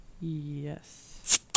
Yes